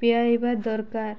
ପିଆଇବା ଦରକାର